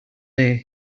day